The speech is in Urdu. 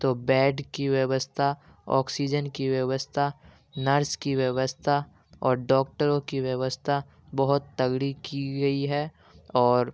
تو بیڈ کی ویوستھا آکسیجن کی ویوستھا نرس کی ویوستھا اور ڈاکٹروں کی ویوستھا بہت تگڑی کی گئی ہے اور